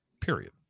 Period